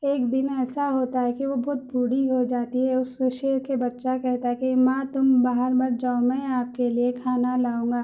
ایک دن ایسا ہوتا ہے کہ وہ بہت بوڑھی ہو جاتی ہے اس کو شیر کے بچّہ کہتا ہے کہ ماں تم باہر مت جاؤ میں آپ کے لیے کھانا لاؤں گا